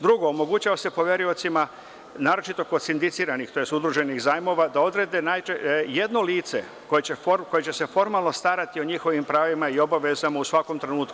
Drugo, omogućava se poveriocima, naročito kod sindiciranih, tj. udruženih zajmova, da odrede jedno lice koje će se formalno starati o njihovim pravima i obavezama u svakom trenutku.